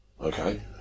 Okay